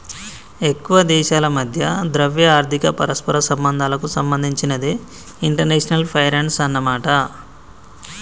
ఎక్కువ దేశాల మధ్య ద్రవ్య ఆర్థిక పరస్పర సంబంధాలకు సంబంధించినదే ఇంటర్నేషనల్ ఫైనాన్సు అన్నమాట